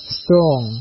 strong